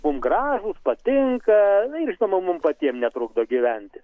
mum gražūs patinka nu ir žinoma mum patiem netrukdo gyventi